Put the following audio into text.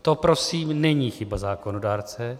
To prosím není chyba zákonodárce.